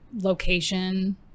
location